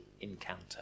encounter